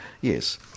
Yes